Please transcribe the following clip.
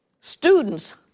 students